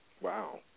Wow